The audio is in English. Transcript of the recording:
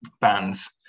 bands